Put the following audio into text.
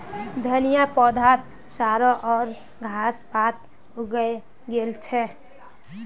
धनिया पौधात चारो ओर घास पात उगे गेल छ